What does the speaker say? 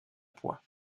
poix